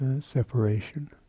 separation